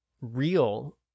real